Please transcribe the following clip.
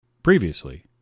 previously